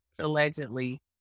allegedly